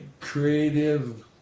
creative